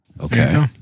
okay